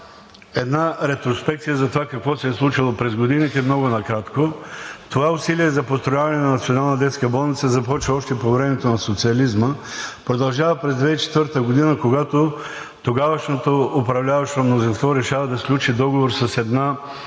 накратко за това какво се е случило през годините. Това усилие за построяване на Национална детска болница започва още по времето на социализма, продължава през 2004 г., когато тогавашното управляващо мнозинство решава да сключи договор с една